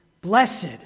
Blessed